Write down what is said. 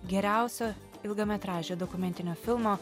geriausio ilgametražio dokumentinio filmo